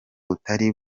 butari